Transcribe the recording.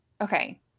okay